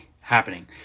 happening